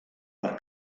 per